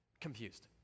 confused